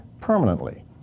permanently